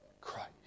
Christ